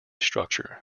structure